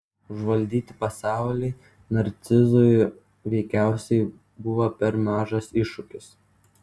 užvaldyti pasaulį narcizui veikiausiai buvo per mažas iššūkis